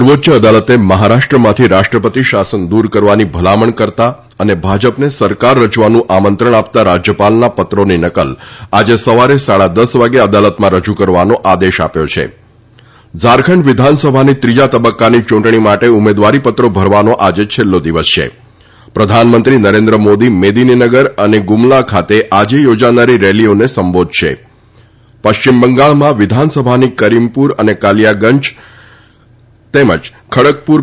સર્વોચ્ય અદાલતે મહારાષ્ટ્રમાંથી રાષ્ટ્રપતિ શાસન દૂર કરવાની ભલામણ કરતો અને ભાજપને સરકાર રચવાનું આમંત્રણ આપતા રાજ્યપાલના પત્રોની નકલ આજે સવારે સાડા દશ વાગે અદાલતમાં રજૂ કરવાનો આદેશ આપ્યો છે ઝારખંડ વિધાનસભાની ત્રીજા તબક્કાની ચૂંટણી માટે ઉમેદવારી પત્રો ભરવાનો આજે છેલ્લો દિવસ છે પ્રધાનમંત્રી નરેન્દ્ર મોદી મેદીનીનગર અને ગુમલા ખાતે આજે યોજાનારી રેલીઓને સંબોધશે પશ્ચિમ બંગાળમાં વિધાનસભાની કરીમપુર કાલિયાગંજ અને ખડગપુર